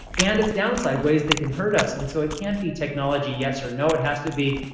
and its downside ways that can hurt us, and so it can't be technology yes or no it has to be,